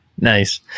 Nice